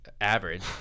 average